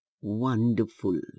wonderful